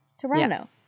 Toronto